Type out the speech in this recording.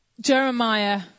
Jeremiah